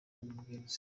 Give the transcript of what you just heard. n’amabwiriza